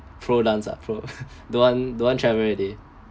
pro dance ah pro don't want don't want travel already